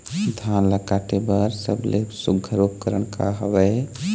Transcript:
धान ला काटे बर सबले सुघ्घर उपकरण का हवए?